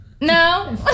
no